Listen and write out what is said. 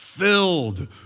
Filled